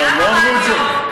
מה, הם לא אמרו את זה?